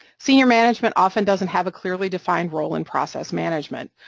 senior management often doesn't have a clearly-defined role in process management,